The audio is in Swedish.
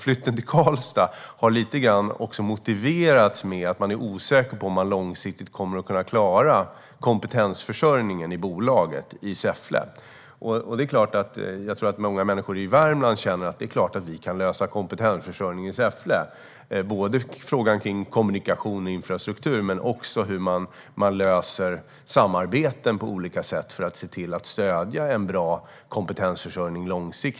Flytten till Karlstad har lite grann motiverats med att man är osäker på om man långsiktigt kommer att kunna klara kompetensförsörjningen i bolaget i Säffle. Jag tror att många människor i Värmland känner att det är klart att de kan lösa kompetensförsörjningen i Säffle. Det gäller också frågan om kommunikation och infrastruktur och hur man löser samarbeten på olika sätt för att se till att stödja en bra kompetensförsörjning långsiktigt.